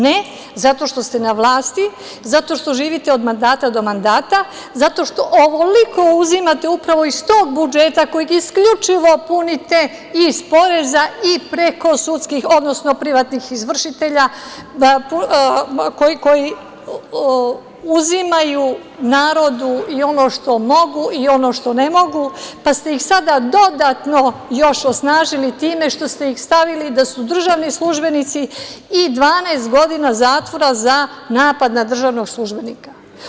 Ne, zato što ste na vlasti, zato što živite od mandata do mandata, zato što ovoliko uzimate upravo iz tog budžeta koji isključivo punite iz poreza i preko sudskih, odnosno privatnih izvršitelja, koji uzimaju narodu i ono što mogu i ono što ne mogu, pa ste ih sada dodatno još osnažili time što ste ih stavili da su državni službenici i 12 godina zatvora za napad na državnog službenika.